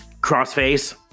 crossface